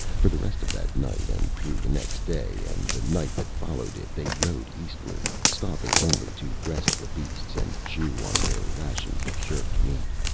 for the rest of that night, and through the next day and the night that followed it they rode eastward, stopping only to rest the beasts and chew on their rations of jerked meat.